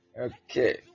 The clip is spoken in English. Okay